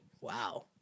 Wow